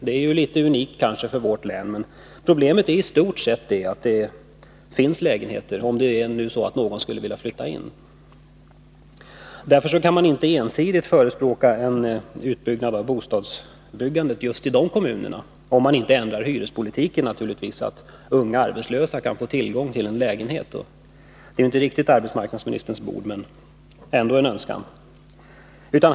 Det är kanske unikt för vårt län, men problemet är i stort sett att det finns lägenheter — om det nu är så att någon skulle vilja flytta in. Därför kan man inte ensidigt förespråka en utvidgning av bostadsbyggandet just i de kommunerna, om vi inte ändrar hyrespolitiken naturligtvis, så att unga arbetslösa kan få tillgång till en lägenhet. Det är inte riktigt arbetsmarknadsministerns bord, men jag framför ändå denna önskan.